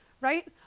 right